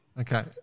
Okay